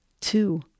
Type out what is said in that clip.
two